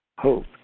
hope